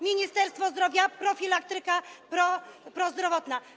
Ministerstwo Zdrowia - profilaktyka prozdrowotna.